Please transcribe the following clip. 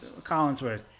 Collinsworth